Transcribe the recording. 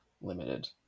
Limited